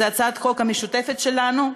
זו הצעת החוק המשותפת שלנו,